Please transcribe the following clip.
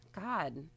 God